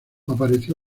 apareció